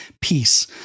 peace